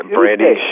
Brandy